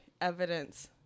evidence